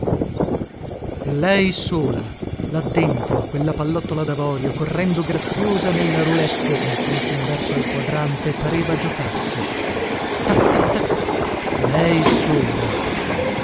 lei sola là dentro quella pallottola davorio correndo graziosa nella roulette in senso inverso al quadrante pareva giocasse tac tac tac lei sola